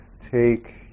take